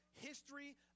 history